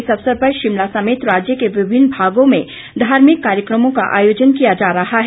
इस अवसर पर शिमला समेत राज्य के विभिन्न भागों में धार्मिक कार्यक्रमों का आयोजन किया जा रहा है